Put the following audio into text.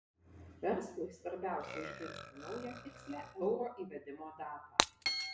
verslui svarbiausia išgirsti naują tikslią euro įvedimo datą